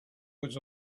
was